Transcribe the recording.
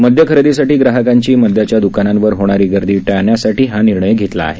मद्य खरेदीसाठी ग्राहकांची मद्याच्या दुकानांवर होणारी गर्दी टाळण्यासाठी हा निर्णय घेतला आहे